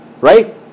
right